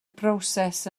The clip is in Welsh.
broses